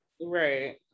Right